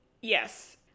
Yes